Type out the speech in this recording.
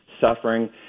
suffering